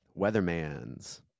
Weatherman's